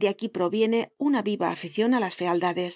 de aquí proviene una viva aficion á las fealdades